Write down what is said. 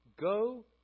Go